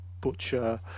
butcher